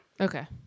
Okay